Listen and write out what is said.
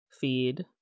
feed